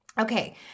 Okay